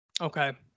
Okay